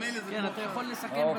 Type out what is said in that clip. כן, אתה יכול לסכם בסוף.